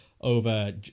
over